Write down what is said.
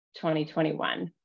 2021